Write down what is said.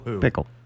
Pickle